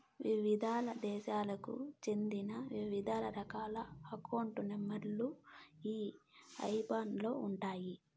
వివిధ దేశాలకు చెందిన వివిధ రకాల అకౌంట్ నెంబర్ లు ఈ ఐబాన్ లో ఉంటాయి